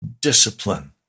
discipline